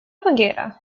fungera